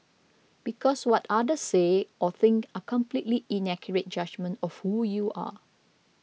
because what others say or think are completely inaccurate judgement of who you are